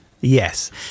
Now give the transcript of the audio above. Yes